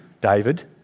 David